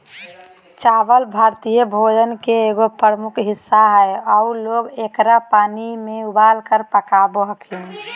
चावल भारतीय भोजन के एगो प्रमुख हिस्सा हइ आऊ लोग एकरा पानी में उबालकर पकाबो हखिन